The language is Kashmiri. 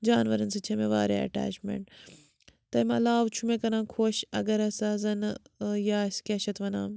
جانوَرَن سۭتۍ چھےٚ مےٚ واریاہ اٮ۪ٹیچمٮ۪نٛٹ تَمۍ علاوٕ چھُ مےٚ کَران خۄش اَگر ہسا زَنہٕ یہِ آسہِ کیٛاہ چھِ اَتھ وَنان